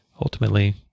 ultimately